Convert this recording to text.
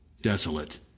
desolate